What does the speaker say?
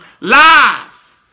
live